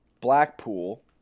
Blackpool